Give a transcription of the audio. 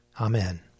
Amen